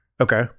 Okay